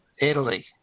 Italy